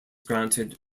granted